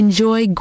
Enjoy